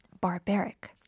barbaric